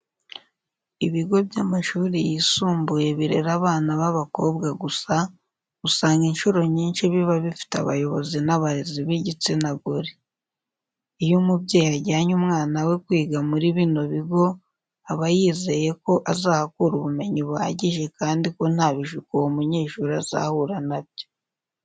Ibigo by'amashuri yisumbuye birera abana b'abakobwa gusa, usanga incuro nyinshi biba bifite abayobozi n'abarezi b'igitsina gore. Iyo umubyeyi ajyanye umwana we kwiga muri bino bigo aba yizeye ko azahakura ubumenyi buhagije kandi ko nta bishuko uwo munyeshuri azahura na byo.